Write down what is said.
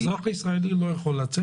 אזרח ישראלי לא יכול לצאת.